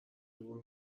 دور